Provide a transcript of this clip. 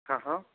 हाँ हाँ